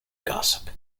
gossip